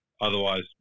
otherwise